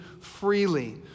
freely